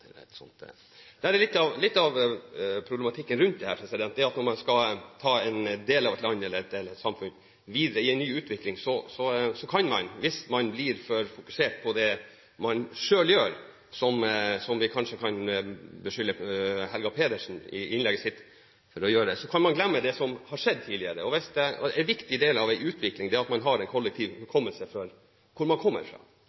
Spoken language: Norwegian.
når man skal ta en del av et land eller et samfunn videre i en ny utvikling, kan man – hvis man blir for fokusert på det man selv gjør, som vi kanskje kan beskylde Helga Pedersen for å være i innlegget sitt – glemme det som har skjedd tidligere. En viktig del av en utvikling er at man har en kollektiv hukommelse av hvor man kommer fra.